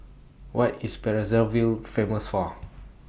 What IS Brazzaville Famous For